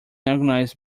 organized